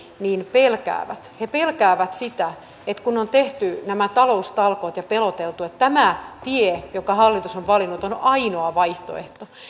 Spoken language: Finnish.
pelkäävät he pelkäävät sitä kun on tehty nämä taloustalkoot ja peloteltu että tämä tie jonka hallitus on valinnut on on ainoa vaihtoehto